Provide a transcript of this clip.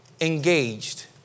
engaged